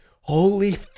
holy